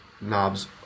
knobs